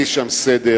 עשי שם סדר.